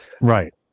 Right